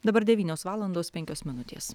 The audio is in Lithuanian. dabar devynios valandos penkios minutės